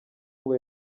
ubu